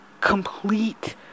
complete